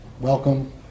welcome